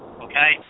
Okay